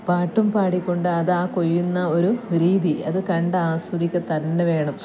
പാട്ടും പാടി കൊണ്ട് അത് ആ കൊയ്യുന്ന ഒരു രീതി അത് കണ്ടാസ്വദിക്കുക തന്നെ വേണം